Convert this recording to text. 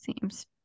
seems